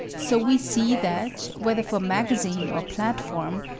so we see that, whether for magazine or platform,